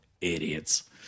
Idiots